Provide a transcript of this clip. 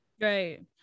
Right